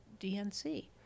DNC